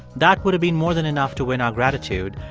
that would have been more than enough to win our gratitude,